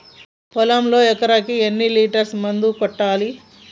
పొలంలో ఎకరాకి ఎన్ని లీటర్స్ మందు కొట్టాలి?